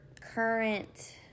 current